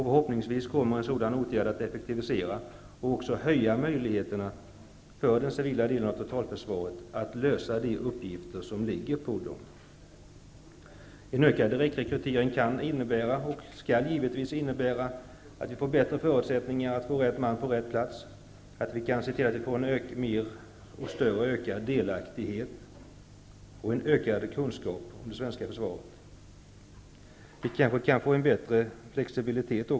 Förhoppningsvis kommer en sådan åtgärd att effektivisera verksamheten och även öka möjligheterna för den civila delen av totalförsvaret att lösa de uppgifter som ligger på den. En ökad direktrekrytering kan och skall givetvis innebära att vi får bättre förutsättningar att få rätt man på rätt plats, att vi kan se till att vi får en större delaktighet och en ökad kunskap om det svenska försvaret. Vi kanske också kan få en större flexibilitet.